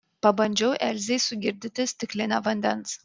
pabandžiau elzei sugirdyti stiklinę vandens